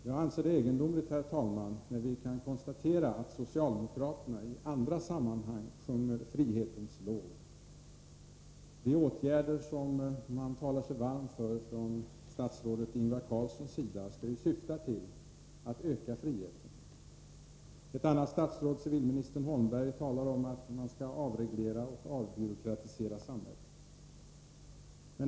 Jag anser det egendomligt, herr talman, att socialdemokraterna inte vill slå vakt om denna frihet, när de i andra sammanhang sjunger frihetens lov. De åtgärder som statsrådet Ingvar Carlsson talar sig varm för skall syfta till att öka friheten. Ett annat statsråd, civilminister Holmberg, talar om att man skall avreglera och avbyråkratisera samhället.